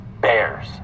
Bears